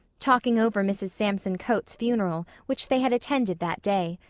talking over mrs. samson coates' funeral, which they had attended that day.